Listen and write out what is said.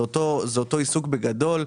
זה אותו עיסוק, בגדול.